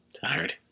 tired